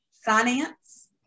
finance